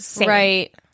right